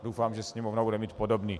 Doufám, že Sněmovna bude mít podobný.